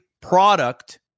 product